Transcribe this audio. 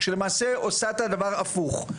שלמעשה עושה את הדבר הפוך.